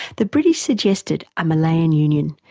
the british suggested a malayan union,